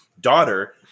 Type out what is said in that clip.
daughter